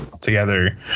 together